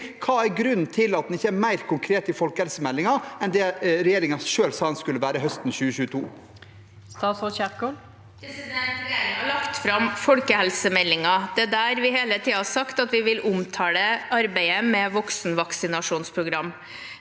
Hva er grunnen til at en ikke er mer konkret i folkehelsemeldingen enn det regjeringen selv sa en skulle være høsten 2022? Statsråd Ingvild Kjerkol Regjeringen har lagt fram folkehelsemeldingen. Det er der vi hele tiden har sagt at vi vil omtale arbeidet med voksenvaksinasjonsprogram.